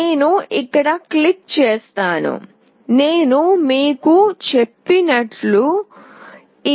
నేను ఇక్కడ క్లిక్ చేస్తాను నేను మీకు చెప్పినట్లు ఇది main